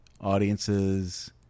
audiences